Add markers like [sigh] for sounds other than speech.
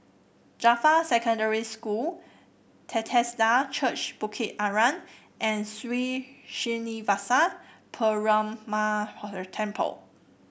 Jarfa Secondary School Bethesda Church Bukit Arang and Sri Srinivasa Perumal [unintelligible] Temple